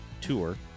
tour